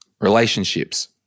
Relationships